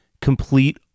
complete